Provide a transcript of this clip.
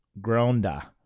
Gronda